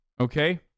okay